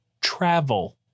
travel